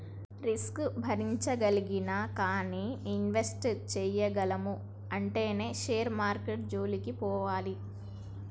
risk భరించగలిగినా గానీ invest చేయగలము అంటేనే షేర్ మార్కెట్టు జోలికి పోవాలి